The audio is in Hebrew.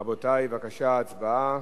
רבותי, בבקשה, הצבעה.